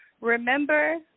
Remember